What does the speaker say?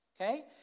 Okay